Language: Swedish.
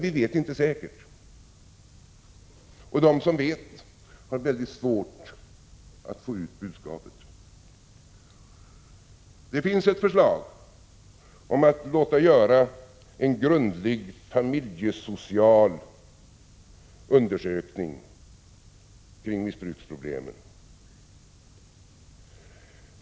Vi vet inte säkert, men de som vet har mycket svårt att få ut budskapet. Det finns ett förslag om att det skall göras en grundlig familjesocial undersökning om missbruksproblemen.